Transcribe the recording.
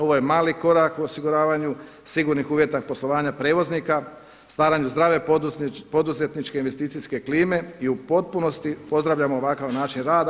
Ovo je mali korak u osiguravanju sigurnih uvjeta poslovanja prijevoznika stvaranju zdrave poduzetničke i investicijske klime i u potpunosti pozdravljam ovakav način rada.